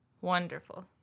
Wonderful